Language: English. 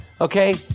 Okay